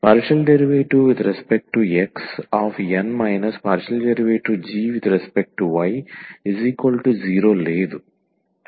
∂xN ∂g∂y0 లేదు